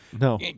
No